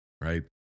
Right